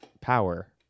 power